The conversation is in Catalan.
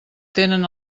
tenen